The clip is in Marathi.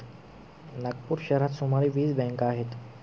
नागपूर शहरात सुमारे वीस बँका आहेत